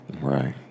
Right